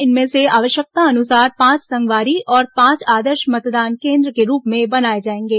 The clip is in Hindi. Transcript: इनमें से आवश्यकतानुसार पांच संगवारी और पांच आदर्श मतदान केन्द्र के रूप में बनाए जाएंगे